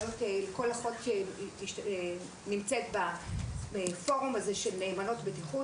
וכל אחת מהאחיות שנמצאות בפורום של נאמנות בטיחות